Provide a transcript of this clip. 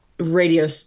Radio